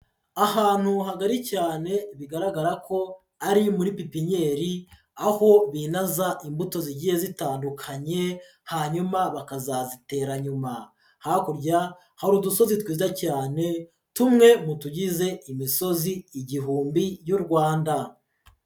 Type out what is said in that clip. Ahantu hagari cyane bigaragara ko ari muri pipinyeri aho binaza imbuto zigiye zitandukanye, hanyuma bakazazitera nyuma. Hakurya hari udusozi twiza cyane tumwe mu tugize imisozi igihumbi y'u Rwanda.